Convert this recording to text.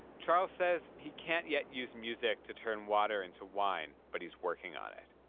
charles says he can't yet use music to turn water into wine, but he's working on it